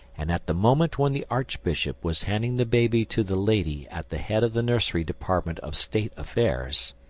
and at the moment when the archbishop was handing the baby to the lady at the head of the nursery department of state affairs,